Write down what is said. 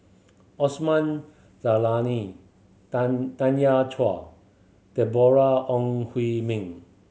Osman Zailani Tanya Chua Deborah Ong Hui Min